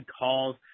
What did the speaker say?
calls